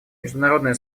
международное